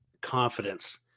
confidence